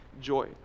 joy